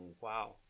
wow